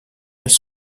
elles